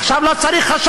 עכשיו לא צריך חשד.